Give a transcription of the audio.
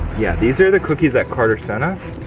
yeah these are the cookies that carter sent us.